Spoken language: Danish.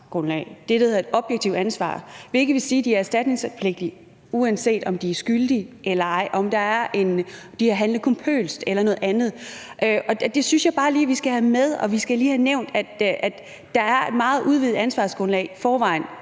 hedder et objektivt ansvar. Det vil sige, at de er erstatningspligtige, uanset om de er skyldige eller ej, om de har handlet culpøst eller noget andet. Det synes jeg bare lige vi skal have med. Og vi skal lige have nævnt, at der er et meget udvidet ansvarsgrundlag i forvejen